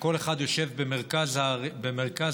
שכל אחד יושב במרכז העיר,